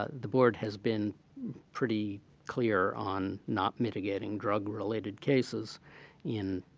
ah the board has been pretty clear on not mitigating drug-related cases in,